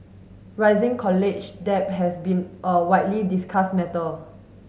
rising college debt has been a widely discussed matter